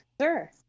sure